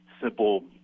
simple